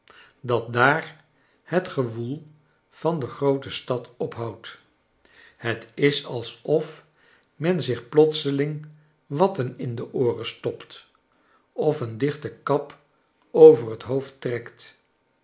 dat daar het gewoel van de groote stad ophoudt het is alsof men zlch plotseling watten in de ooren stopt of een dichten kap over het hoofd trekt